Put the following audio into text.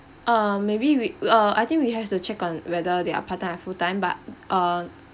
uh maybe we uh I think we have to check on whether they are part time or full time but uh